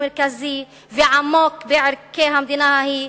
מרכזי ועמוק בערכי המדינה ההיא,